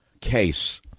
case